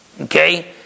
Okay